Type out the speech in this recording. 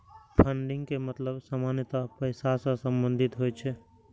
funding के मतलब सामान्यतः पैसा सं संबंधित होइ छै